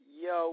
yo